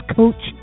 coach